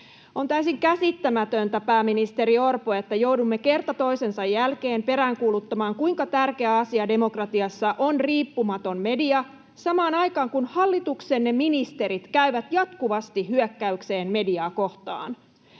On täysin käsittämätöntä, pääministeri Orpo, että joudumme kerta toisensa jälkeen peräänkuuluttamaan, kuinka tärkeä asia demokratiassa on riippumaton media, kun samaan aikaan hallituksenne ministerit käyvät jatkuvasti hyökkäykseen mediaa kohtaan.